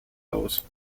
aus